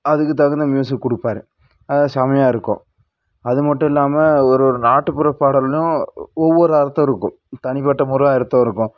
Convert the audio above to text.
அதுக்கு தகுந்த மியூசிக் கொடுப்பாரு செமையாக இருக்கும் அதுமட்டும் இல்லாமல் ஒரு ஒரு நாட்டுப்புற பாடல்லையும் ஒவ்வொரு அர்த்தம் இருக்கும் தனிப்பட்ட முறை அர்த்தம் இருக்கும்